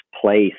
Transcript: place